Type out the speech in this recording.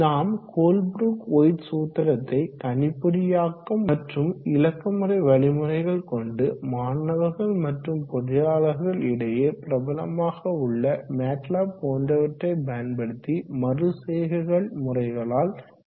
நாம் Colebrook White சூத்திரத்தை கணிப்பொறியாக்கம் மற்றும் இலக்கமுறை வழிமுறைகள் கொண்டு மாணவர்கள் மற்றும் பொறியாளர்கள் இடையே பிரபலமாக உள்ள மேட்லேப் போன்றவற்றை பயன்படுத்தி மறுசெய்கைகள் முறைகளால் எளிதில் தீர்க்கலாம்